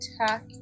attack